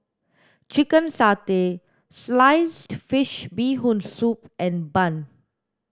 chicken satay sliced fish bee hoon soup and bun